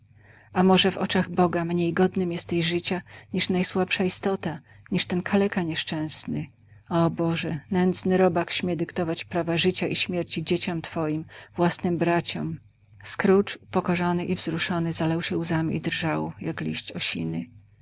a może w oczach boga mniej godnym jesteś życia niż najsłabsza istota niż ten kaleka nieszczęsny o boże nędzny robak śmie dyktować prawa życia i śmierci dzieciom twoim własnym braciom scrooge upokorzony i wzruszony zalał się łzami i drżał jak liść osiny